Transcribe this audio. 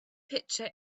picture